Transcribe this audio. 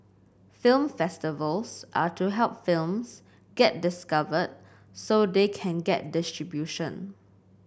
film festivals are to help films get discovered so they can get distribution